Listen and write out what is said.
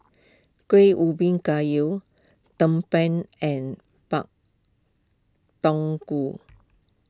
Kueh Ubi Kayu Tumpeng and Pak Thong Ko